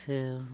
ᱥᱮᱣ